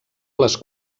les